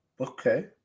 okay